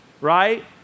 Right